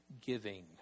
giving